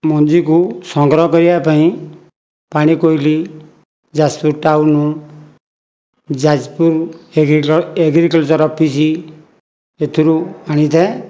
ମଞ୍ଜିକୁ ସଂଗ୍ରହ କରିବା ପାଇଁ ପାଣିକୋଇଲି ଯାଜପୁର ଟାଉନୁ ଯାଜପୁର ଏଗ୍ରିକଲଚର ଅଫିସି ଏଥିରୁ ଆଣିଥାଏ